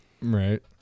right